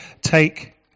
take